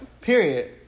Period